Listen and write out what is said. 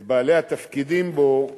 את בעלי התפקידים בו,